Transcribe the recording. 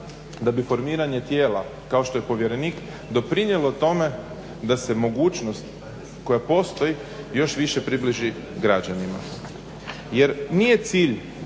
da bi formiranje tijela kao što je povjerenik doprinijelo tome da se mogućnost koja postoji, još više približi građanima. Jer nije cilj